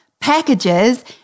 packages